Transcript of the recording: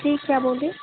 जी क्या बोले